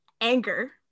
anger